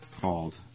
called